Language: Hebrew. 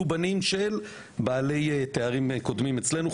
בנים של בעלי תארים קודמים אצלנו,